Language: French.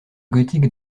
gothique